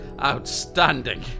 Outstanding